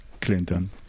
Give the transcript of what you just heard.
Clinton